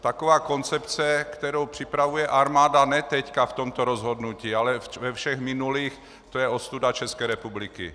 Taková koncepce, kterou připravuje armáda ne teď v tomto rozhodnutí, ale ve všech minulých, to je ostuda České republiky!